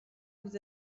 vous